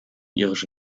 irische